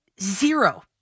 zero